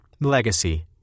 Legacy